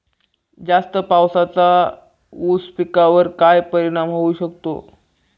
जास्त पावसाचा ऊस पिकावर काय परिणाम होऊ शकतो?